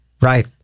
Right